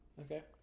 Okay